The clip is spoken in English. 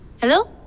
Hello